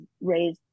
raised